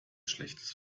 schlechtes